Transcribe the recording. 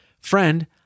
Friend